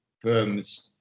Firms